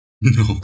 no